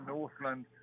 Northland